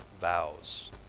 vows